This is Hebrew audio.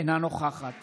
אינה נוכחת